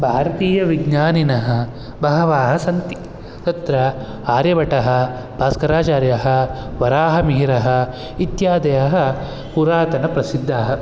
भारतीयविज्ञानिनः बहवः सन्ति तत्र आर्यभट्टः भास्कराचार्यः वराहमिहिरः इत्यादयः पुरातनप्रसिद्धाः